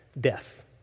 death